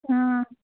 অঁ